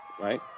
right